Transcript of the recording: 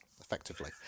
effectively